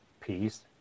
Peace